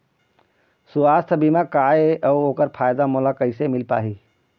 सुवास्थ बीमा का ए अउ ओकर फायदा मोला कैसे मिल पाही?